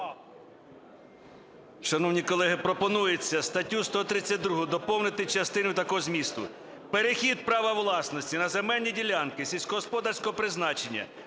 Дякую,